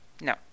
No